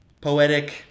poetic